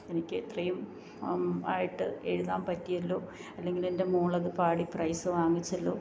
എനിക്കെത്രയും ആയിട്ട് എഴുതാൻ പറ്റിയല്ലോ അല്ലെങ്കിലെന്റെ മകള് അത് പാടി പ്രൈസ് വാങ്ങിച്ചല്ലോ